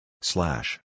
Slash